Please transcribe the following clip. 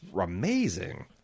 amazing